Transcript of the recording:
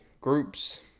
groups